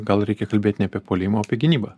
gal reikia kalbėt ne apie puolimą o apie gynybą